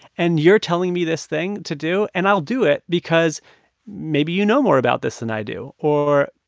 and you're telling me this thing to do, and i'll do it because maybe you know more about this than i do or,